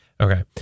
Okay